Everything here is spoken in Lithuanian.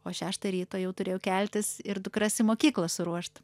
o šeštą ryto jau turėjau keltis ir dukras į mokyklą suruošt